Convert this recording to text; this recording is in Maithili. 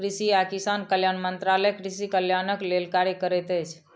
कृषि आ किसान कल्याण मंत्रालय कृषि कल्याणक लेल कार्य करैत अछि